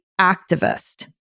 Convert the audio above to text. activist